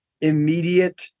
immediate